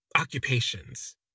occupations